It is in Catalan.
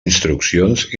instruccions